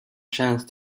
chance